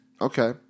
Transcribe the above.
Okay